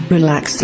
Relax